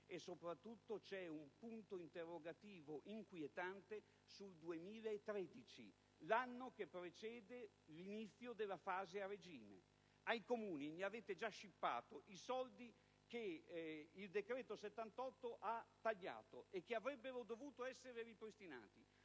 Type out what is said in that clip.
Soprattutto, c'è un punto interrogativo inquietante sul 2013, l'anno che precede l'inizio della fase a regime. Ai Comuni avete già scippato i soldi che il decreto-legge n. 78 del 2010 ha tagliato e che avrebbero dovuto essere ripristinati.